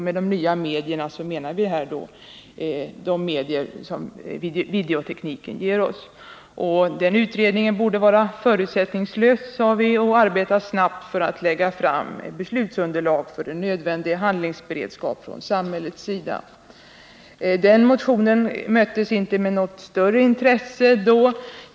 Med de nya medierna avsåg vi de medier som videotekniken ger oss. I motionen skrev vi: ”Utredningen bör vara förutsättningslös och arbeta snabbt för att lägga fram beslutsunderlag för en nödvändig handlingsberedskap.” Den motionen möttes inte av något större intresse.